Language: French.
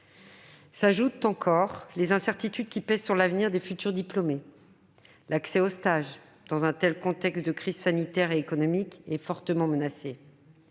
S'y ajoutent aussi les incertitudes qui pèsent sur l'avenir des futurs diplômés. L'accès aux stages, dans un tel contexte de crise sanitaire et économique, est fortement menacé.